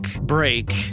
break